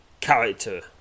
Character